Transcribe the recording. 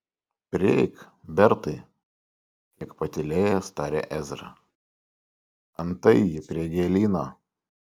prieik bertai kiek patylėjęs tarė ezra antai ji prie gėlyno